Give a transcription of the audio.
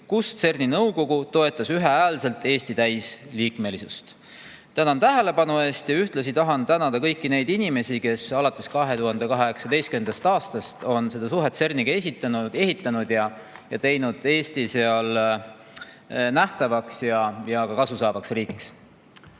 kus CERN‑i nõukogu toetas ühehäälselt Eesti täisliikmelisust. Tänan tähelepanu eest! Ühtlasi tahan tänada kõiki neid inimesi, kes on alates 2018. aastast suhet CERN‑iga ehitanud ning teinud Eesti seal nähtavaks ja ka kasu saavaks riigiks.